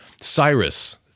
Cyrus